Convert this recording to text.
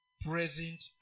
present